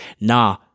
nah